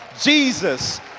Jesus